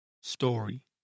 story